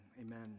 amen